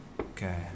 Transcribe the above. Okay